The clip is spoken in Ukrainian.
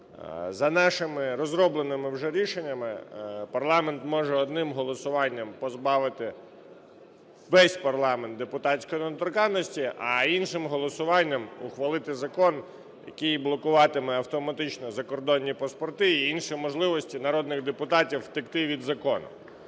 За нашими розробленими вже рішеннями парламент може одним голосуванням позбавити весь парламент депутатської недоторканність, а іншим голосуванням ухвалити закон, який блокуватиме автоматично закордонні паспорти і інші можливості народних депутатів втекти від закону.